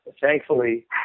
thankfully